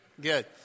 Good